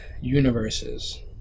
universes